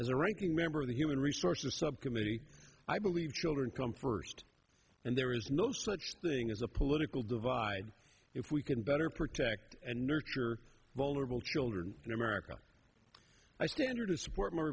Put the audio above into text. as a ranking member of the human resources subcommittee i believe children come first and there is no such thing as a political divide if we can better protect and nurture vulnerable children in america i stand or to support m